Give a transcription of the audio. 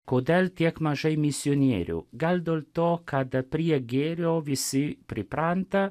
kodėl tiek mažai misionierių gal dėl to kad prie gėrio visi pripranta